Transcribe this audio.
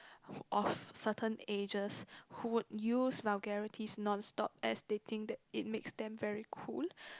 of certain ages who would use vulgarities none stop as they think that it makes them very cool